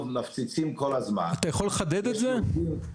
בוקר טוב לכולכם,